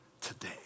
today